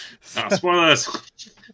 Spoilers